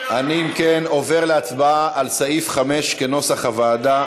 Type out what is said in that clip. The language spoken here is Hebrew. על כן, נעבור להצבעה על סעיף 5 כנוסח הוועדה.